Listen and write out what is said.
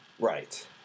Right